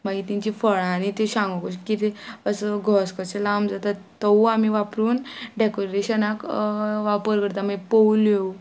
मागीर तेंची फळांनी ती सांगो कितें असो घस कशें लांब जाता तोवूय आमी वापरून डेकोरेशनाक वापर करता मागीर पोवल्यो